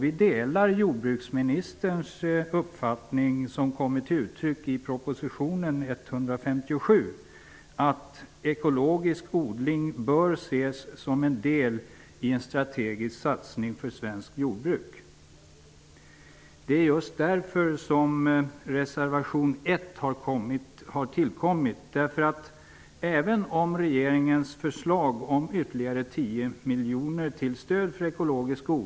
Vi delar jordbruksministerns uppfattning som kommer till uttryck i proposition 1993/94:157, att ''ekologisk odling bör ses som en del i en strategisk satsning för svenskt jordbruk''. miljoner kronor till stöd för ekologisk odling är en bra ansats anser vi att det är helt otillräckligt.